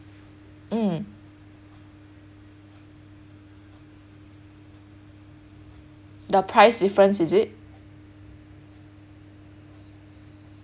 mm the price difference is it